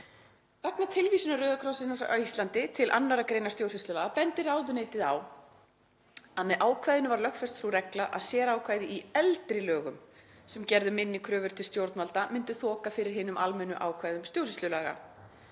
Vegna tilvísunar RKÍ til 2. gr. stjórnsýslulaga bendir ráðuneytið á að með ákvæðinu var lögfest sú regla að sérákvæði í eldri lögum sem gerðu minni kröfur til stjórnvalda myndu þoka fyrir hinum almennu ákvæðum stjórnsýslulaga.